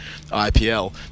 IPL